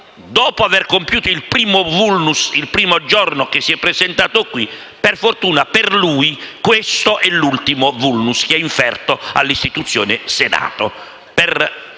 dopo aver compiuto il primo *vulnus* il primo giorno in cui si è presentato in quest'Aula, per fortuna per lui questo è l'ultimo *vulnus* che egli ha inferto all'istituzione Senato,